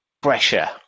pressure